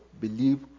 believe